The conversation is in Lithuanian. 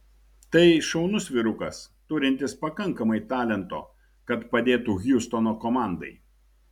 tai šaunus vyrukas turintis pakankamai talento kad padėtų hjustono komandai